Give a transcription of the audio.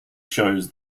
shows